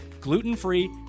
gluten-free